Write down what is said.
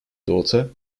daughter